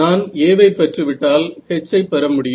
நான் A வை பெற்றுவிட்டால் H ஐ பெறமுடியும்